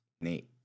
Neat